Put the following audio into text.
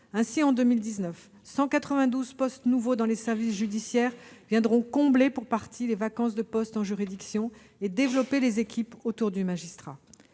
Ainsi, en 2019, 192 postes nouveaux dans les services judiciaires viendront combler pour partie les vacances de postes en juridiction et développer les équipes autour du magistrat.